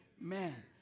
amen